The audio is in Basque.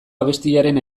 abestiaren